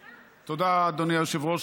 תודה, אדוני היושב-ראש.